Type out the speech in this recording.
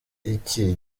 iki